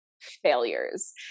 failures